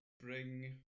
bring